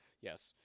Yes